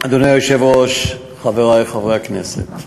אדוני היושב-ראש, חברי חברי הכנסת,